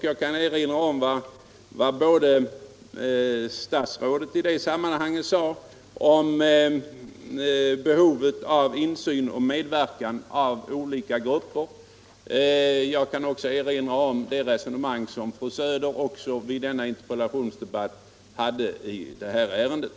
Jag kan i det sammanhanget nämna både vad statsrådet sade om behovet av insyn och medverkan av olika grupper, och det resonemang som fru Söder förde i det här ärendet.